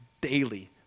daily